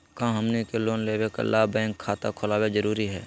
का हमनी के लोन लेबे ला बैंक खाता खोलबे जरुरी हई?